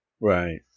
Right